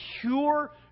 pure